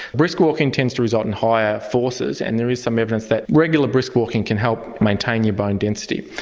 brisk walking tends to result in higher forces and there is some evidence that regular brisk walking can help maintain your bone density.